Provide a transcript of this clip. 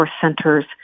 centers